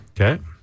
Okay